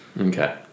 Okay